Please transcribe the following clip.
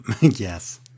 Yes